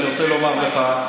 אני רוצה לומר לך,